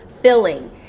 filling